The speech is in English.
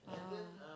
ah